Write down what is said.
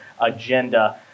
agenda